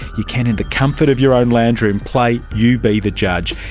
you can in the comfort of your own lounge room play you be the judge.